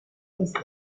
isla